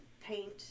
paint